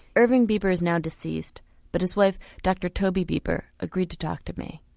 irving bieber is now deceased but his wife dr toby bieber agreed to talk to me.